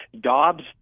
Dobbs